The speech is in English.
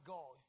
God